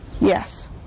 Yes